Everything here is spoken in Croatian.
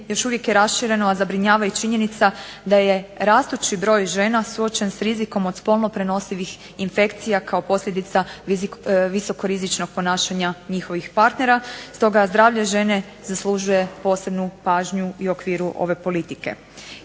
još uvijek je rašireno a zabrinjava i činjenica da je rastući broj žena suočen s rizikom od spolno prenosivih infekcija kao posljedica visokorizičnog ponašanja njihovih partnera. Stoga zdravlje žene zaslužuje posebnu pažnju i u okviru ove politike.